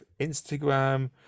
instagram